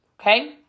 Okay